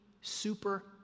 super